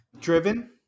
driven